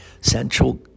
central